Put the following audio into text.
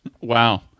Wow